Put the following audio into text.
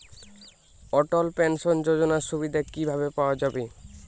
অটল pension যোজনার সুবিধা কি ভাবে পাওয়া যাবে?